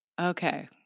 Okay